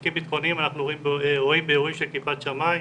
ובודקים בטחוניים אנחנו רואים באירועים שתחת כיפת השמיים